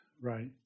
right